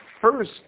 first